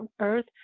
earth